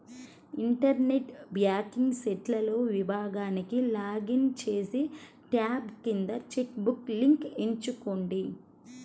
internet banking సైట్లోని విభాగానికి login చేసి, ట్యాబ్ కింద చెక్ బుక్ లింక్ ఎంచుకోండి